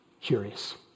curious